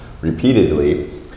repeatedly